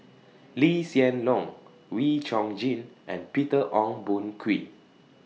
Lee Hsien Loong Wee Chong Jin and Peter Ong Boon Kwee